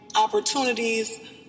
opportunities